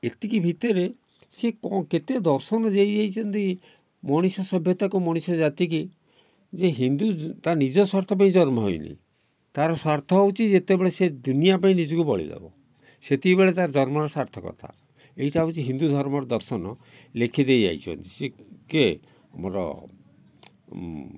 ଏତିକି ଭିତରେ ସିଏ କ'ଣ କେତେ ଦର୍ଶନ ଦେଇ ଯାଇଛନ୍ତି ମଣିଷ ସଭ୍ୟତାକୁ ମଣିଷ ଜାତି କି ଯେ ହିନ୍ଦୁ ତା ନିଜ ସ୍ୱାର୍ଥ ପାଇଁ ଜନ୍ମ ହେଇନି ତାର ସ୍ୱାର୍ଥ ହେଉଛି ଯେତେବେଳେ ସେ ଦୁନିଆ ପାଇଁ ନିଜକୁ ବଳି ଦେବ ସେତିକି ବେଳେ ତା'ର ଜନ୍ମର ସାର୍ଥକତା ଏଇଟା ହେଉଛି ହିନ୍ଦୁ ଧର୍ମର ଦର୍ଶନ ଲେଖି ଦେଇ ଯାଇଛନ୍ତି ସେ କିଏ ଆମର